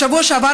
בשבוע שעבר,